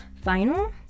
final